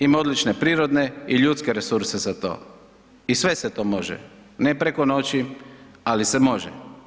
Ima odlične prirodne i ljudske resurse za to i sve se to može, ne preko noći, ali se može.